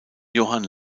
johan